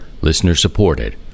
listener-supported